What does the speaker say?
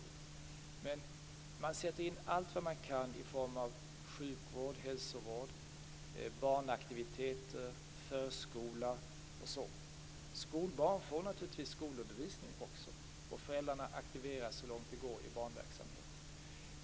Men man sätter in allt vad man kan i form av sjukvård, hälsovård, barnaktiviteter, förskola och sådant. Skolbarn får naturligtvis skolundervisning också, och föräldrarna aktiveras så långt det går i barnverksamheten.